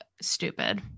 stupid